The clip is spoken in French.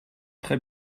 très